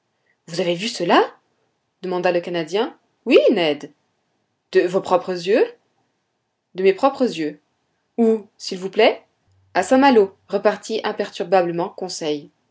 vous avez vu cela demanda le canadien oui ned de vos propres yeux de mes propres yeux où s'il vous plaît a saint-malo repartit imperturbablement conseil